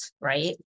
right